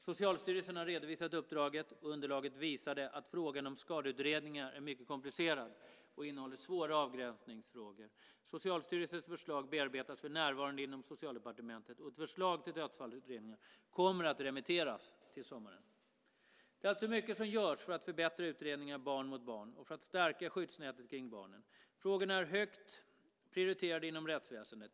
Socialstyrelsen har redovisat uppdraget, och underlaget visade att frågan om skadeutredningar är mycket komplicerad och innehåller svåra avgränsningsfrågor. Socialstyrelsens förslag bearbetas för närvarande inom Socialdepartementet, och ett förslag till dödsfallsutredningar kommer att remitteras till sommaren. Det är alltså mycket som görs för att förbättra utredningar av brott mot barn och för att stärka skyddsnätet kring barnen. Frågorna är högt prioriterade inom rättsväsendet.